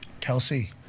Kelsey